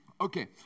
Okay